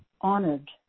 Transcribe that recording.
honored